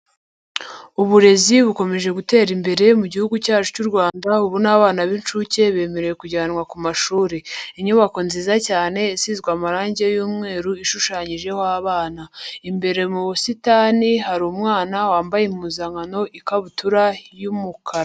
Uburezi bukomeje gutera imbere mu gihugu cyacu cy'u Rwanda, ubu n'abana b'inshuke bemerewe kujyanwa ku mashuri. Inyubako nziza cyane isizwe amarangi y'umweru, ishushanyijeho abana. Imbere mu busitani hari umwana wambaye impuzankano, ikabutura y'umukara.